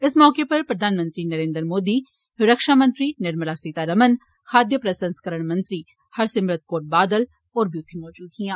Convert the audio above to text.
इस मौके उप्पर प्रधानमंत्री नरेन्द्र मोदी रक्षा मंत्री निर्मला सीता रमण खाद्य प्रसंस्करण मंत्री हरसीमरत कोर बादल होर बी उत्थे मौजूद हियां